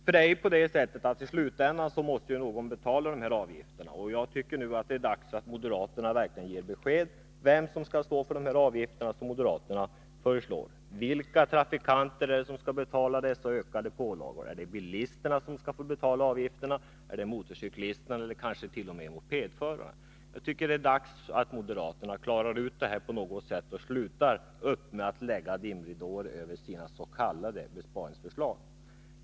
För det är ju på det sättet att i slutändan måste någon betala de här avgifterna. Jag tycker nu det är dags att moderaterna verkligen ger besked om vem som skall stå för dessa avgifter som de föreslår. Vilka trafikanter är det som skall utsättas för nya pålagor? Är det bilisterna som skall få betala de nya avgifterna eller är det motorcyklisterna eller kanske t.o.m. mopedförarna? Jag tycker det är dags att moderaterna talar klarspråk och slutar upp med att lägga dimridåer över sina s.k. besparingsförslag.